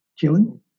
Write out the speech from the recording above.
killing